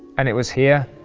and it was here,